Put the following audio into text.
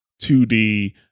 2d